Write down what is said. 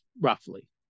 roughly